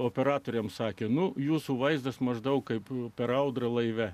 operatoriams sakė nu jūsų vaizdas maždaug kaip per audrą laive